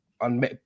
on